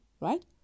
right